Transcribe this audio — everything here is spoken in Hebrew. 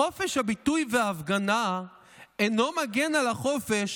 חופש הביטוי וההפגנה אינו מגן על החופש